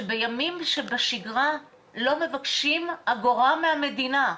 שבימים שבשגרה לא מבקשים אגורה מהמדינה.